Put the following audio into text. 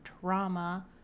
trauma